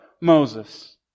Moses